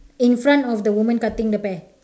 in front of the woman cutting the pear